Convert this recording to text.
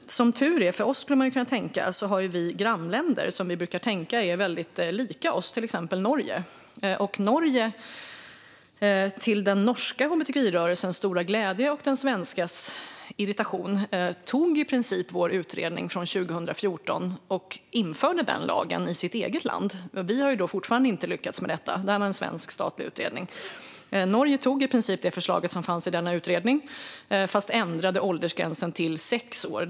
Som tur är för oss, skulle man ju kunna tycka, har vi grannländer som vi brukar tänka är väldigt lika oss. Det gäller till exempel Norge. Till den norska hbtqi-rörelsens stora glädje - och till den svenska rörelsens irritation - tog man i Norge i princip förslaget i vår utredning från 2014 och införde den lagen i sitt eget land. Vi har alltså fortfarande inte lyckats med detta, trots att detta var en svensk statlig utredning. Norge antog i princip det förslag som fanns i utredningen, men man ändrade åldersgränsen till sex år.